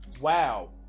wow